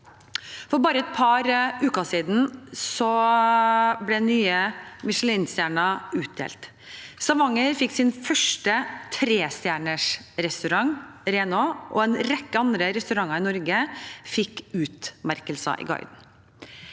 For bare et par uker siden ble nye Michelin-stjerner utdelt. Stavanger fikk sin første trestjerners restaurant, RE-NAA, og en rekke andre restauranter i Norge fikk utmerkelser i guiden.